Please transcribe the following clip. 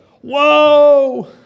Whoa